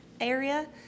area